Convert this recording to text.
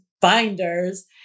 binders